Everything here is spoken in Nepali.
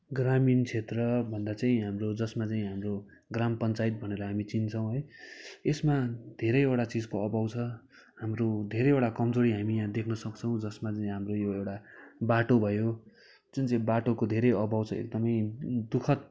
ग्रामीण क्षेत्र भन्दा चाहिँ हाम्रो जसमा चाहिँ हाम्रो ग्राम पञ्चायत भनेर हामी चिन्छौँ है यसमा धेरैवटा चिजको अभाव छ हाम्रो धेरैवटा कमजोरी हामी यहाँ देख्नसक्छौँ जसमा चाहिँ हाम्रो यो एउटा बाटो भयो जुन चाहिँ बाटोको धेरै अभाव छ एकदमै दुःखद